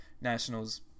Nationals